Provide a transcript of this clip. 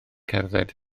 cerdded